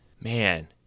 Man